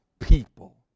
people